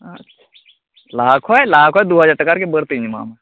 ᱟᱪᱷᱟ ᱞᱟᱦᱟ ᱠᱷᱚᱡ ᱞᱟᱦᱟ ᱠᱷᱚᱡ ᱫᱩ ᱦᱟᱡᱟᱴ ᱴᱟᱠᱟ ᱟᱨᱠᱤ ᱵᱟᱹᱲᱛᱤᱧ ᱮᱢᱟᱢᱟ